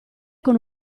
con